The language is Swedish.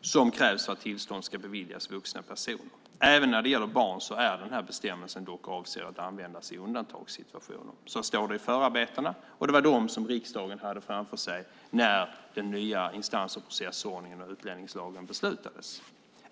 som krävs för att tillstånd ska beviljas vuxna personer. Även när det gäller barn är bestämmelsen dock avsedd att användas i undantagssituationer. Så står det i förarbetena, och det var dem som riksdagen hade framför sig när den nya instans och processordningen i utlänningslagen beslutades om.